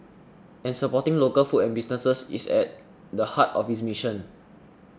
and supporting local food and businesses is at the heart of its mission